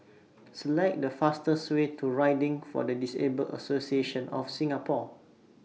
Select The fastest Way to Riding For The Disabled Association of Singapore